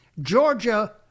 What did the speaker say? Georgia